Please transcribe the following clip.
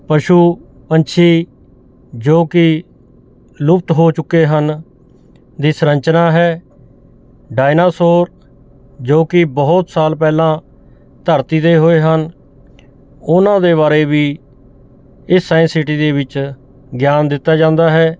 ਪਸ਼ੂ ਪੰਛੀ ਜੋ ਕਿ ਲੁਪਤ ਹੋ ਚੁੱਕੇ ਹਨ ਦੀ ਸੰਰਚਨਾ ਹੈ ਡਾਇਨਾਸੋਰ ਜੋ ਕਿ ਬਹੁਤ ਸਾਲ ਪਹਿਲਾਂ ਧਰਤੀ 'ਤੇ ਹੋਏ ਹਨ ਉਹਨਾਂ ਦੇ ਬਾਰੇ ਵੀ ਇਹ ਸਾਇੰਸ ਸਿਟੀ ਦੇ ਵਿੱਚ ਗਿਆਨ ਦਿੱਤਾ ਜਾਂਦਾ ਹੈ